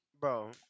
bro